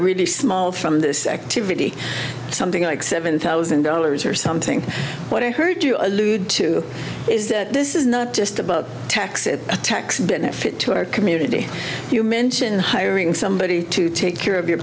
really small from this activity something like seven thousand dollars or something what i heard you allude to is that this is not just about tax it a tax benefit to our community you mention hiring somebody to take care of your